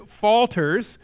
falters